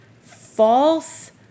false